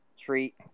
treat